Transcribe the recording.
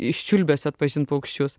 iš čiulbesio atpažint paukščius